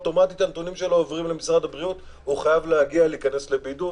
הנתונים שלו עוברים אוטומטית למשרד הבריאות והוא חייב להיכנס לבידוד.